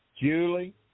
Julie